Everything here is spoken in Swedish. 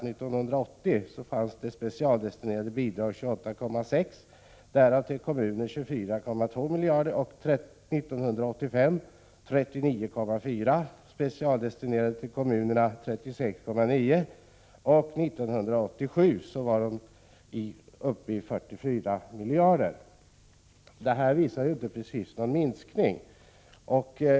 År 1980 utgick specialdestinerade bidrag med 28,6 miljarder, varav till kommunerna 24,2 miljarder. År 1985 utgick specialdestinerade bidrag med 39,4 miljarder, varav till kommunerna 36,9 miljarder. År 1987 var dessa bidrag uppe i 44 miljarder. Det här visar ju inte precis någon minskning.